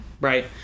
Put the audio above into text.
right